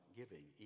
giving